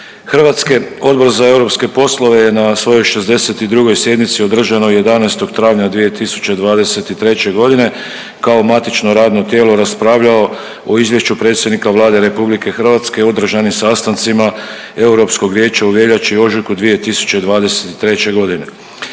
RH. Odbor za europske poslove je na svojoj 62. sjednici održanoj 11. travnja 2023.g. kao matično radno tijelo raspravljalo o Izvješću predsjednika Vlade RH o održanim sastancima Europskog vijeća u veljači i ožujku 2023.g.